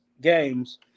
games